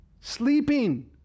sleeping